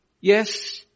yes